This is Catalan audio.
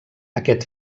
aquest